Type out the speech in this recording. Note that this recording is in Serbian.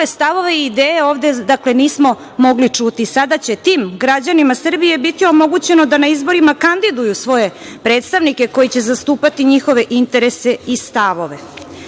stavove i ideje ovde nismo mogli čuti. Sada će tim građanima Srbije biti omogućeno da na izborima kandiduju svoje predstavnike koji će zastupati njihove interese i stavove. SNS